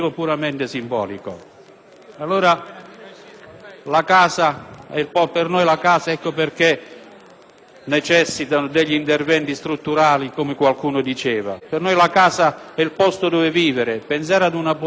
Per noi la casa è il posto in cui vivere. Pensare ad una politica per la casa significa pensare anche